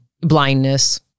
blindness